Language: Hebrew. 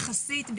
יחסית,